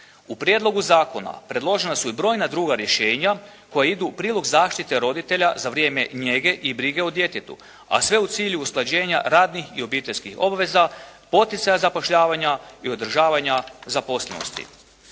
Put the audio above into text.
U prijedlogu zakona predložena su i brojna druga rješenja koja idu u prilog zaštite roditelja za vrijeme njege i brige o djetetu, a sve u cilju usklađenja radnih i obiteljskih obveza, poticaja zapošljavanja i održavanja zaposlenosti.